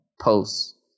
posts